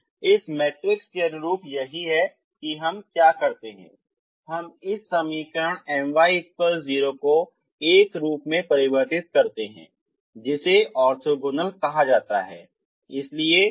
इसलिए इस मैट्रिक्स के अनुरूप यही है हम क्या करते हैं हम इस समीकरण My 0 को एक रूप में परिवर्तित करते हैं जिसे ऑर्थोगोनल कहा जाता है